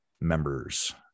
members